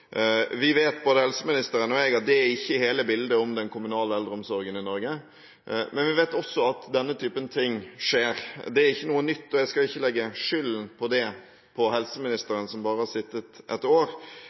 – vet at det ikke er hele bildet om den kommunale eldreomsorgen i Norge, men vi vet også at denne typen ting skjer. Det er ikke noe nytt, og jeg skal ikke legge skylden for det på